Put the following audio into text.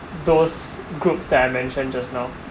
those groups that I mentioned just now